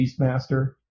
Beastmaster